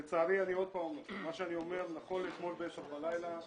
לצערי אני עוד פעם אומר שמה שאני אומר נכון לאתמול ב-10:00 בלילה.